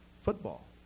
football